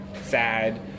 sad